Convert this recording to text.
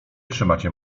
trzymacie